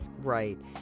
right